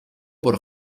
por